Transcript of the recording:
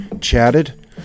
chatted